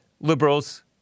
liberals